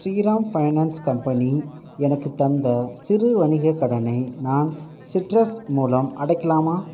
Sriram finance company எனக்குத் தந்த சிறு வணிகக் கடனை நான் சிட்ரஸ் மூலம் அடைக்கலாமா